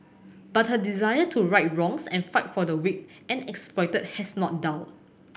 but her desire to right wrongs and fight for the weak and exploited has not dulled